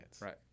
right